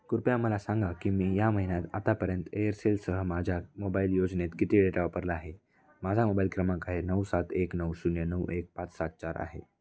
कृपया मला सांगा की मी या महिन्यात आतापर्यंत एअरसेलसह माझ्या मोबाईल योजनेत किती डेटा वापरला आहे माझा मोबाईल क्रमांक आहे नऊ सात एक नऊ शून्य नऊ एक पाच सात चार आहे